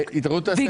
(היו"ר משה גפני,